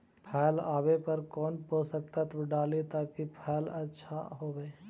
फल आबे पर कौन पोषक तत्ब डाली ताकि फल आछा होबे?